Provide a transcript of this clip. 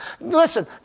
Listen